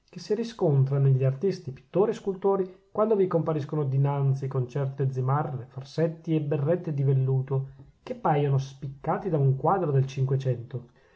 che si riscontra negli artisti pittori e scultori quando vi compariscono dinanzi con certe zimarre farsetti e berrette di velluto che paiono spiccati da un quadro del cinquecento